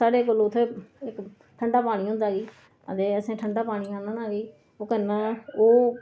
साढ़े जदूं उत्थै ठंडा पानी होंदा जी फी असें ठंडा पानी आह्नना ओह् करना